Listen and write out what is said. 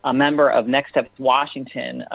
ah member of nextep washington,